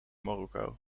marokko